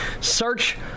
Search